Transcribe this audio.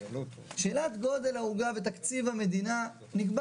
שאלת גודל העוגה ותקציב המדינה נקבע